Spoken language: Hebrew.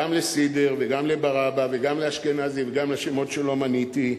גם לסידר וגם לבראבא וגם לאשכנזי וגם לשמות שלא מניתי.